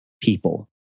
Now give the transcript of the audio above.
people